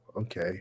Okay